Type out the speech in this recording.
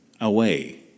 away